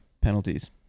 penalties